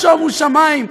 שומו שמים,